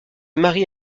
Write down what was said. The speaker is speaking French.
marie